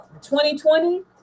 2020